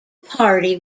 party